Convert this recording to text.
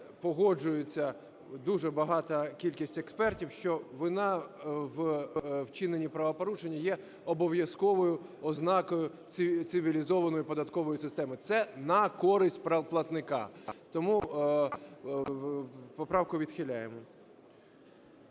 погоджуються дуже велика кількість експертів, що вина у вчиненні правопорушення є обов’язковою ознакою цивілізованої податкової системи. Це на користь платника. Тому поправку відхиляємо.